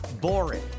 boring